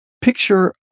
Picture